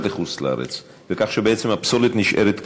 לחוץ-לארץ כך שבעצם הפסולת נשארת כאן?